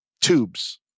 Tubes